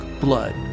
blood